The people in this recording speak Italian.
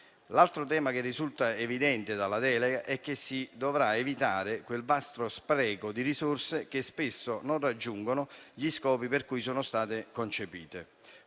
L'altro tema che risulta evidente dalla delega è che si dovrà evitare quel vasto spreco di risorse che spesso non raggiungono gli scopi per cui sono state concepite.